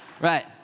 right